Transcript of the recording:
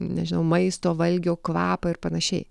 nežinau maisto valgio kvapą ir panašiai